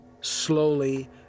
slowly